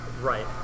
Right